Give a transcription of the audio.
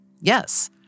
Yes